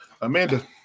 Amanda